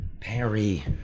Perry